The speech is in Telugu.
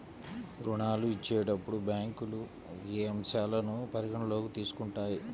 ఋణాలు ఇచ్చేటప్పుడు బ్యాంకులు ఏ అంశాలను పరిగణలోకి తీసుకుంటాయి?